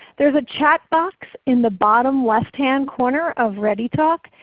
there is a chat box in the bottom left-hand corner of readytalk.